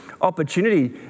opportunity